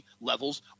levels